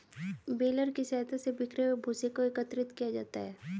baler की सहायता से बिखरे हुए भूसे को एकत्रित किया जाता है